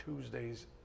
Tuesday's